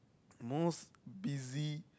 most busy